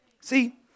See